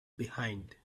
behind